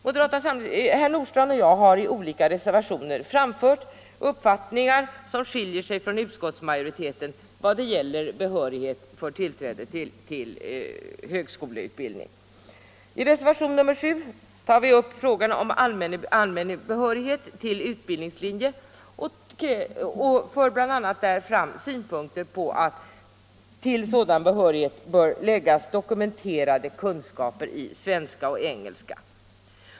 Herr Nordstrandh och jag har i olika reservationer framfört uppfattningar som skiljer sig från utskottsmajoritetens i vad gäller behörighet för tillträde till högskoleutbildning. I reservationen 7 tar vi upp frågan om allmän behörighet till utbildningslinje och för bl.a. fram synpunkten att för sådan behörighet bör krävas dokumenterade kunskaper i svenska och engelska.